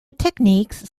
techniques